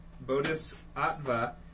Bodhisattva